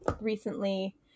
recently